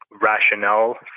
rationale